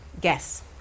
guess